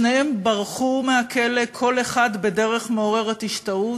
שניהם ברחו מהכלא, כל אחד בדרך מעוררת השתאות.